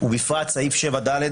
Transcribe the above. ובפרט סעיף 7(ד),